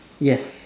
yes